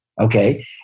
Okay